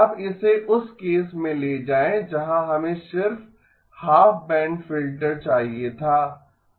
अब इसे उस केस में ले जाएं जहां हमें सिर्फ हाफ बैंड फिल्टर चाहिए था